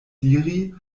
diri